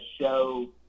show